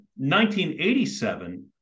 1987